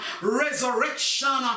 resurrection